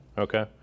Okay